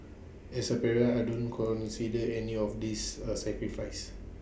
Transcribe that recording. as A parent I don't consider any of this A sacrifice